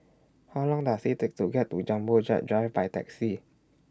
How Long Does IT Take to get to Jumbo Jet Drive By Taxi